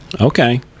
Okay